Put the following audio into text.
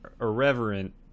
irreverent